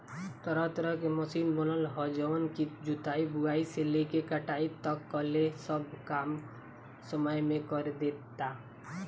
तरह तरह के मशीन बनल ह जवन की जुताई, बुआई से लेके कटाई तकले सब काम कम समय में करदेता